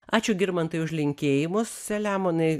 ačiū girmantai už linkėjimus selemonai